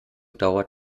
dauert